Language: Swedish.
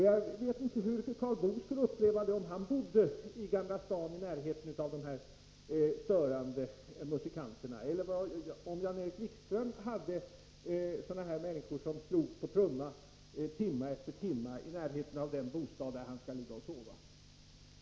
Jag vet inte hur Karl Boo skulle uppleva det om han bodde i Gamla stan, i närheten av de här störande musikanterna, eller hur Jan-Erik Wikström skulle uppleva det om människor slog på trumma timme efter timme i närheten av den bostad där han skall ligga och sova.